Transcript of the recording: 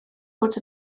bod